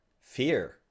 fear